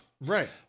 right